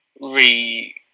re